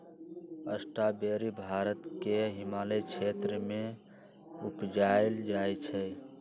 strawberry Bharat के हिमालय क्षेत्र में उपजायल जाइ छइ